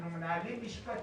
אנחנו מנהלים משפטים.